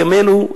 בימינו,